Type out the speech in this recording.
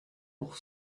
pour